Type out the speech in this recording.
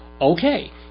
okay